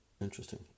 Interesting